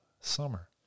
summer